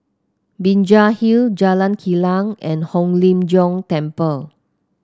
Binjai Hill Jalan Kilang and Hong Lim Jiong Temple